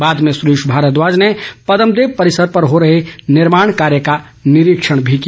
बाद में सुरेश भारद्वाज ने पदमदेव परिसर पर हो रहे निर्माण कार्य का निरीक्षण भी किया